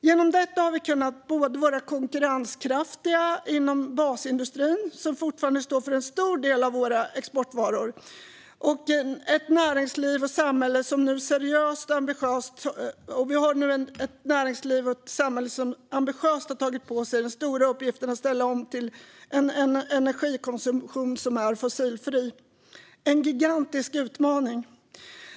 Genom detta har vi kunnat vara konkurrenskraftiga inom basindustrin, som fortfarande står för en stor del av våra exportvaror. Vi har nu ett näringsliv och ett samhälle som ambitiöst har tagit på sig den stora uppgiften att ställa om till en energikonsumtion som är fossilfri. Det är en gigantisk utmaning.